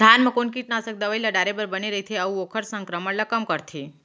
धान म कोन कीटनाशक दवई ल डाले बर बने रइथे, अऊ ओखर संक्रमण ल कम करथें?